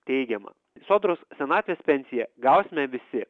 teigiama sodros senatvės pensiją gausime visi